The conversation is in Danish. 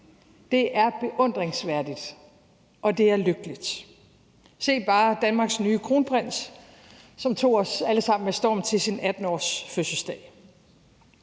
er beundringsværdigt, og det er lykkeligt. Se bare Danmarks nye kronprins, som tog os alle sammen med storm til sin 18-årsfødselsdag.